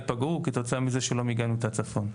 ייפגעו בתוצאה מזה שלא מיגנו את הצפון.